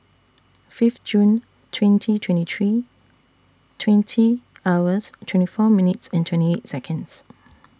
Fifth June twenty twenty three twenty hours twenty four minutes and twenty eight Seconds